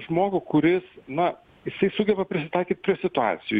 žmogų kuris na jisai sugeba prisitaikyt prie situacijų